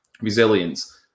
resilience